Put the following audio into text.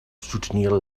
soutenir